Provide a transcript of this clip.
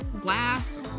glass